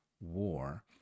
War